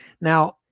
Now